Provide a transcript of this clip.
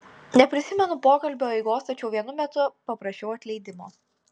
neprisimenu pokalbio eigos tačiau vienu metu paprašiau atleidimo